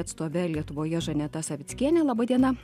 atstove lietuvoje žaneta savickiene laba diena